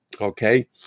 okay